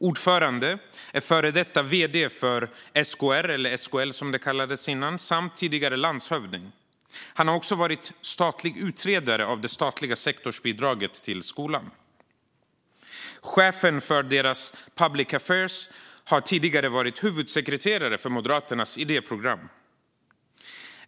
Ordföranden är före detta vd för SKR, eller SKL som det kallades innan, samt tidigare landshövding. Han har också varit statlig utredare av det statliga sektorbidraget till skolan. Chefen för deras Public Affairs har tidigare varit huvudsekreterare för Moderaternas idéprogram.